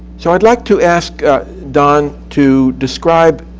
so i'd like to ask don to describe